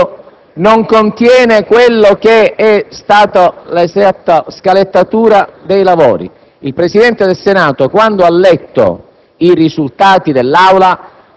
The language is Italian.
È eccessivamente sintetico; non contiene l'esatta scalettatura dei lavori. Il Presidente del Senato, quando ha letto